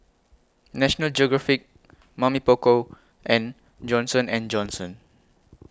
National Geographic Mamy Poko and Johnson and Johnson